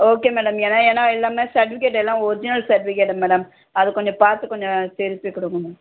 okay madam ஏன்னா ஏன்னா எல்லாமே சர்ட்டிஃபிக்கேட் எல்லாம் ஒரிஜினல் சர்ட்டிஃபிக்கேட்டு மேடம் அது கொஞ்சம் பார்த்து கொஞ்சம் திருப்பிக் கொடுங்க மேம்